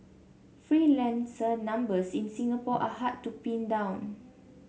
freelancer numbers in Singapore are hard to pin down